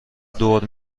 دور